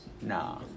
Nah